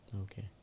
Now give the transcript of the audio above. Okay